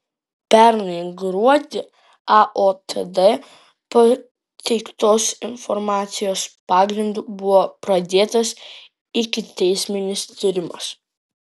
pernai gruodį aotd pateiktos informacijos pagrindu buvo pradėtas ikiteisminis tyrimas